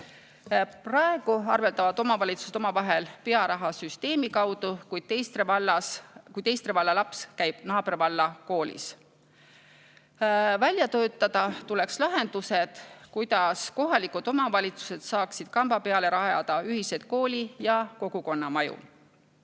Praegu arveldavad omavalitsused omavahel pearahasüsteemi kaudu, kui ühe valla laps käib naabervalla koolis. Välja töötada tuleks lahendused, kuidas kohalikud omavalitsused saaksid kamba peale rajada ühiselt kooli- ja kogukonnamaju. Palju